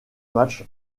match